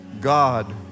God